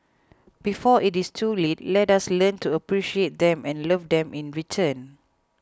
before it is too late let us learn to appreciate them and love them in return